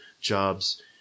jobs